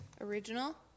Original